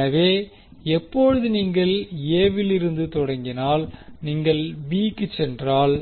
எனவே எப்போது நீங்கள் எ இலிருந்து தொடங்கினால் நீங்கள் பி க்குச் சென்றால்